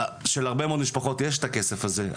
להרבה מאוד משפחות יש את הכסף הזה,